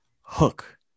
Hook